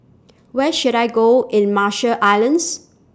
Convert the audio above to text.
Where should I Go in Marshall Islands